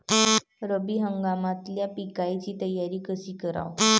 रब्बी हंगामातल्या पिकाइची तयारी कशी कराव?